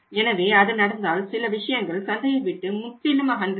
எனவே அது நடந்தால் சில விஷயங்கள் சந்தையைவிட்டு முற்றிலும் அகன்றுவிடும்